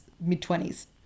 mid-twenties